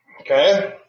okay